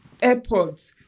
Airpods